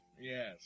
Yes